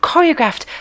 Choreographed